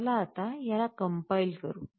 चला आता ह्याला compile करू